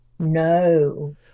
no